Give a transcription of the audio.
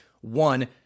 one